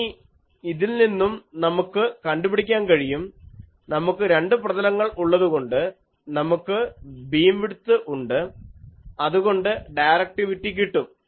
ഇനി ഇതിൽ നിന്നും നമുക്ക് കണ്ടുപിടിക്കാൻ കഴിയും നമുക്ക് രണ്ടു പ്രതലങ്ങൾ ഉള്ളതുകൊണ്ട് നമുക്ക് ബീംവിഡ്ത്ത് ഉണ്ട് അതുകൊണ്ട് ഡയറക്റ്റിവിറ്റി കിട്ടും